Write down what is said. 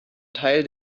teil